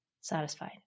satisfied